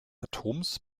atoms